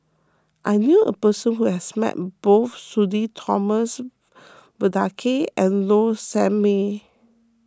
I knew a person who has met both Sudhir Thomas Vadaketh and Low Sanmay